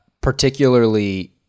particularly